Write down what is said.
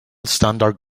standard